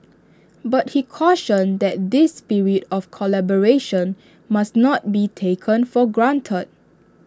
but he cautioned that this spirit of collaboration must not be taken for granted